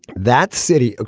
that city,